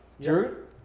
drew